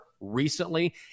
recently